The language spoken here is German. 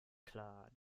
klar